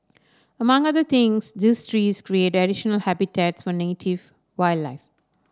among other things these trees create additional habitats for native wildlife